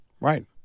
right